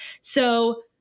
So-